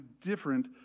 different